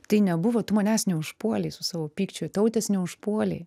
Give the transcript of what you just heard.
tai nebuvo tu manęs neužpuolei su savo pykčiu tautės neužpuolei